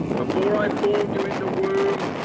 before i formed you in the womb,